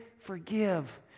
forgive